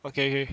okay okay